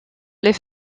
les